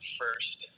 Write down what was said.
first